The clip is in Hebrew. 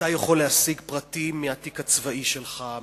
אתה יכול להשיג פרטים מהתיק הצבאי שלך,